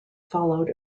followed